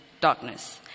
darkness